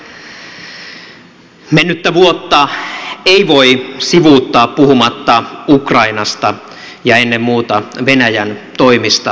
mennyttä vuotta ei voi sivuuttaa puhumatta ukrainasta ja ennen muuta venäjän toimista ukrainassa